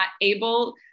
able